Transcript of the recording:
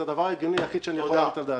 זה הדבר היחיד ההגיוני שאני מעלה על דעתי.